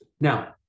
Now